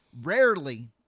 Rarely